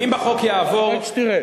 אם החוק יעבור, שתראה.